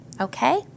Okay